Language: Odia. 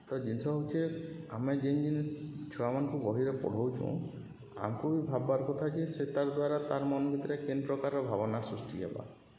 ତ ଜିନିଷ୍ ହଉଚେ ଆମେ ଯେନ୍ ଜିନିଷ୍ ଛୁଆମାନ୍କୁ ବହିରେ ପଢ଼ଉଚୁଁ ଆମ୍କୁ ବି ଭାବ୍ବାର୍ କଥା ଯେ ସେ ତାର୍ ଦ୍ୱାରା ତାର୍ ମନ୍ ଭିତ୍ରେ କେନ୍ ପ୍ରକାର୍ର ଭାବ୍ନା ସୃଷ୍ଟି ହେବା